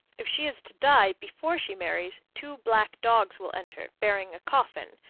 if she is to die before she marries, two black dogs will enter, bearing a coffin,